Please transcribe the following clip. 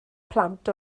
plant